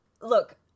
look